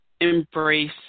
embrace